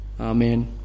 Amen